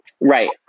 right